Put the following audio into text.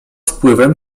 wpływem